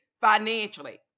financially